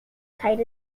tight